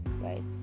Right